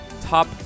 top